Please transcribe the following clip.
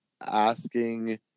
asking